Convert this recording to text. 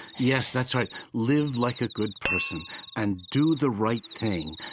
yes, that's right. live like a good person and do the right thing.